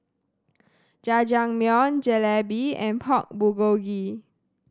Jajangmyeon Jalebi and Pork Bulgogi